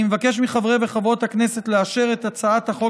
אני מבקש מחברי וחברות הכנסת לאשר את הצעת החוק